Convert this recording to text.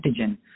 antigen